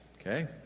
Okay